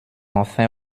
enfin